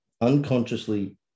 unconsciously